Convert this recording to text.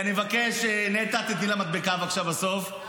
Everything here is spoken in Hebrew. אני מבקש, נטע, תיתני לה מדבקה, בבקשה, בסוף.